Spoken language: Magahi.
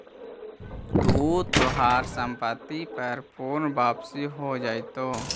तू तोहार संपत्ति पर पूर्ण वापसी हो जाएतो